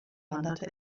wanderte